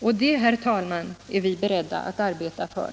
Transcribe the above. Och det, herr talman, är vi beredda att arbeta för.